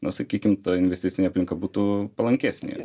na sakykim ta investicinė aplinka būtų palankesnė